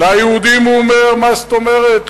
ליהודים הוא אומר: מה זאת אומרת,